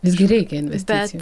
visgi reikia investicijų